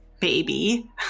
baby